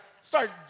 start